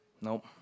Nope